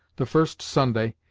the first sunday,